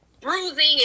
bruising